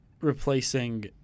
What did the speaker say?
replacing